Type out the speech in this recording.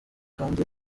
kandi